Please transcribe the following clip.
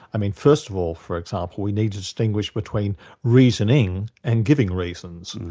i mean first of all for example, we need to distinguish between reasoning and giving reasons,